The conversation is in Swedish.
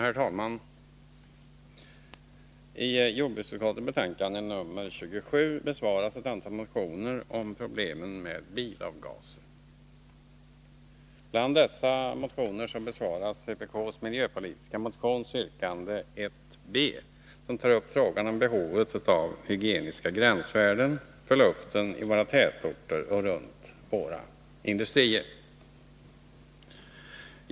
Herr talman! I jordbruksutskottets betänkande nr 27 besvaras ett antal motioner om problemen med bilavgaser. Bland dessa motioner finns vpk:s miljöpolitiska motion med yrkande 1 b, som tar upp frågan om behovet av hygieniska gränsvärden för luften i våra tätorter och runt våra industrier.